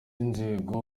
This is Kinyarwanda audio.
inzego